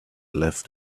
left